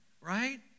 right